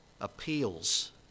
appeals